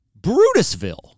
Brutusville